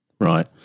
Right